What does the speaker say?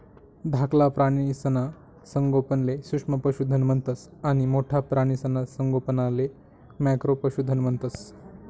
धाकला प्राणीसना संगोपनले सूक्ष्म पशुधन म्हणतंस आणि मोठ्ठा प्राणीसना संगोपनले मॅक्रो पशुधन म्हणतंस